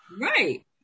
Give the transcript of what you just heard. Right